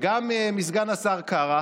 גם מסגן השר קארה